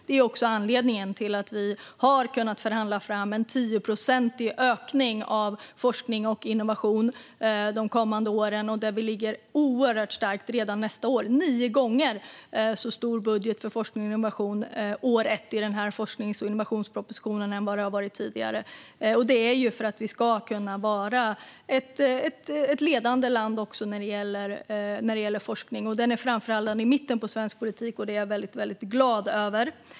Det är också anledningen till att vi har kunnat förhandla fram en 10-procentig ökning till forskning och innovation de kommande åren, och vi ligger oerhört starkt till redan nästa år - i den här forsknings och innovationspropositionen är budgeten för forskning och innovation nio gånger så stor år ett än vad den har varit tidigare. Det är ju för att vi ska kunna vara ett ledande land också när det gäller forskning. Budgeten är framförhandlad i mitten av svensk politik, och det är jag väldigt glad över.